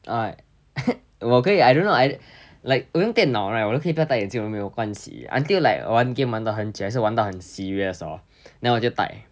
!oi! 我可以 I don't know I like 我用电脑 right 我都可以戴眼镜也就没有关系 until like 玩 game 玩得很久还是玩到很 serious hor then 我就戴